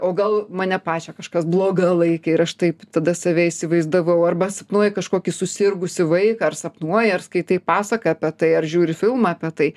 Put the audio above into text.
o gal mane pačią kažkas bloga laikė ir aš taip tada save įsivaizdavau arba sapnuoju kažkokį susirgusį vaiką ar sapnuoji ar skaitai pasaką apie tai ar žiūri filmą apie tai